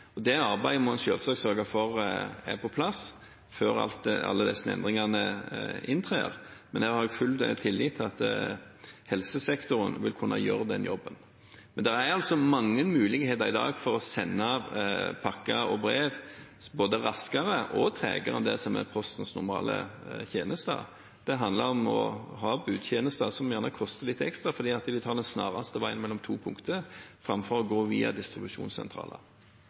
Det arbeidet må en selvsagt sørge for er på plass før alle disse endringene trer i kraft, men jeg har full tillit til at helsesektoren vil kunne gjøre den jobben. Det er mange muligheter i dag for å sende pakker og brev både raskere og tregere enn med det som er Postens normale tjenester. Det handler om å ha budtjenester, som gjerne koster litt ekstra fordi de tar den raskeste veien mellom to punkter framfor å gå via distribusjonssentraler.